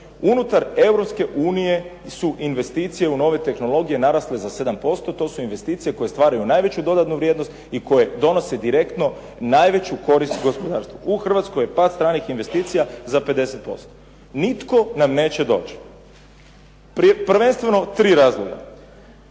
unije su investicije u nove tehnologije narasle za 7%, to su investicije koje stvaraju najveću dodanu vrijednost, i koje donose direktno najveću korist gospodarstvu. U Hrvatskoj je pad stranih investicija za 50%. Nitko nam neće doći. Prvenstveno tri razloga.